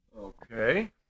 Okay